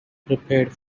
prepared